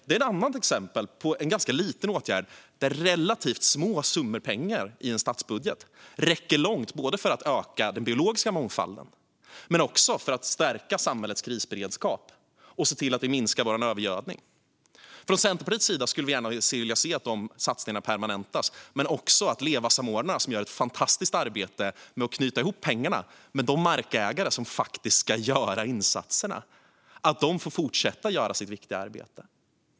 Det är ett annat exempel på en ganska liten åtgärd där relativt små summor pengar i en statsbudget räcker långt för att öka den biologiska mångfalden, stärka samhällets krisberedskap och minska vår övergödning. Från Centerpartiets sida skulle vi gärna vilja se att de satsningarna permanentas men också att LEVA-samordnarna, som gör ett fantastiskt arbete med att knyta ihop pengarna med de markägare som faktiskt ska göra insatserna, får fortsätta göra sitt viktiga arbete.